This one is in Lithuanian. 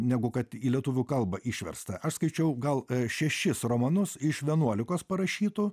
negu kad į lietuvių kalbą išversta aš skaičiau gal šešis romanus iš vienuolikos parašytų